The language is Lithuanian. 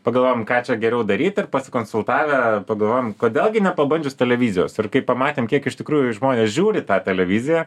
pagalvojom ką čia geriau daryt ir pasikonsultavę pagalvojom kodėl gi nepabandžius televizijos ir kai pamatėm kiek iš tikrųjų žmonės žiūri tą televiziją